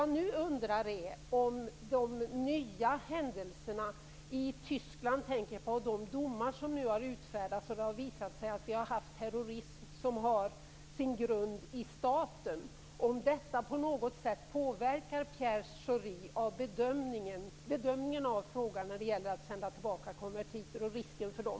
jag tänker då på de domar som har utfärdats för terrorism som har sin grund i staten - på något sätt påverkar Pierre Schoris bedömning av frågan när det gäller att sända tillbaka konvertiter och risken för dem.